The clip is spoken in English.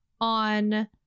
on